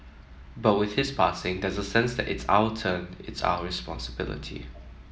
but with his passing there's a sense that it's our turn it's our responsibility